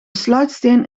sluitsteen